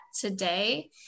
today